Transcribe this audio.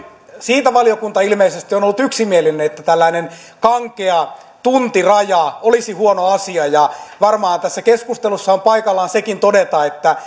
siitä valiokunta ilmeisesti on ollut yksimielinen että tällainen kankea tuntiraja olisi huono asia ja varmaan tässä keskustelussa on paikallaan sekin todeta että